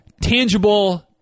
tangible